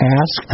ask